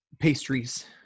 pastries